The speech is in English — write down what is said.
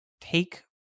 take